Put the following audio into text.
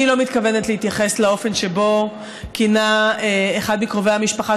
אני לא מתכונת להתייחס לאופן שבו כינה אחד מקרובי המשפחה